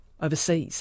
overseas